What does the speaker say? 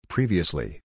Previously